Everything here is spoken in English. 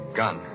gun